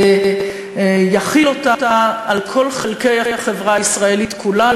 ויחיל אותה על כל חלקי החברה הישראלית כולה,